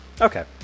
Okay